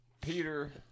Peter